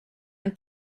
and